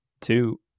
two